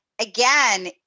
again